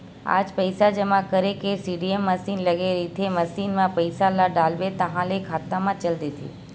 आज पइसा जमा करे के सीडीएम मसीन लगे रहिथे, मसीन म पइसा ल डालबे ताहाँले खाता म चल देथे